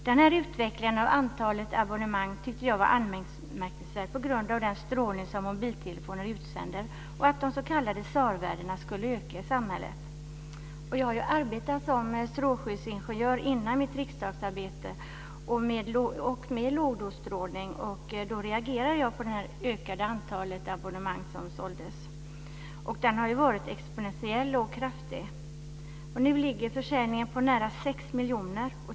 Denna utveckling av antalet abonnemang tyckte jag var anmärkningsvärd på grund av den strålning som mobiltelefoner utsöndrar och på grund av att de s.k. SAR-värdena skulle öka i samhället. Jag har arbetat som strålskyddsingenjör innan jag inledde mitt riksdagsarbete, och jag har då arbetat med lågdosstrålning. Jag reagerade därför på de ökade antal abonnemang som såldes. Ökningen har varit exponentiell och kraftig. Nu ligger försäljningen på nära sex miljoner.